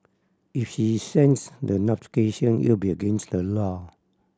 if she sends the notification it would be against the law